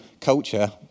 culture